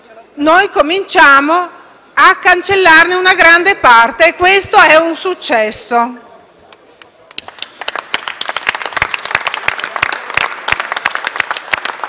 noi cominciamo a cancellarne una grande parte e questo è un successo.